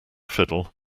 fiddle